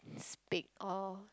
speak or